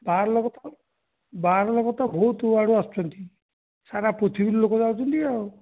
ବାହାର ଲୋକ ତ ବାହାର ଲୋକ ତ ବହୁତ ଆଡ଼ୁ ଆସୁଛନ୍ତି ସାରା ପୃଥିବୀରୁ ଲୋକ ଯାଉଛନ୍ତି ଆଉ